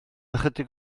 ychydig